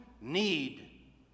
need